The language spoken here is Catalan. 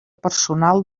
personal